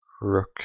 Rook